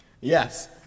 Yes